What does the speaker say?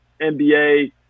NBA